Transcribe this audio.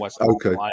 Okay